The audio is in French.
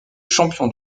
champion